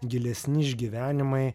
gilesni išgyvenimai